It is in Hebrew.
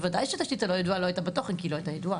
בוודאי שהתשתית הלא ידועה לא הייתה בתוכן כי היא לא הייתה ידועה.